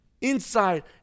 inside